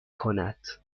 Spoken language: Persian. کند